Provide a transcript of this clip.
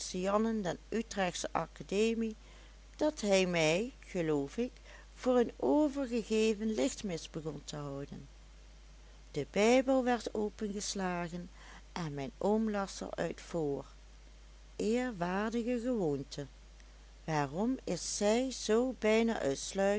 jannen der utrechtsche academie dat hij mij geloof ik voor een overgegeven lichtmis begon te houden de bijbel werd opengeslagen en mijn oom las er uit voor eerwaardige gewoonte waarom is zij zoo bijna uitsluitend